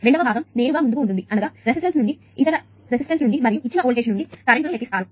రెండవ భాగం నేరుగా ముందుకు ఉంటుంది అనగా రెసిస్టన్స్ నుండి మరియు ఇచ్చిన వోల్టేజ్ నుండి కరెంట్ను లెక్కిస్తారు